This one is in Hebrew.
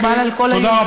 מקובל על כל היוזמים.